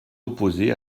opposée